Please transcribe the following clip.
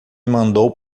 mandou